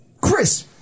Chris